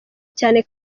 cyane